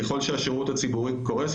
ככל שהשירות הציבורי קורס,